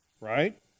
right